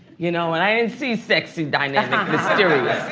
you know, and i didn't see sexy, dynamic, mysterious.